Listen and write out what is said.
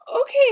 okay